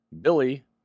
Billy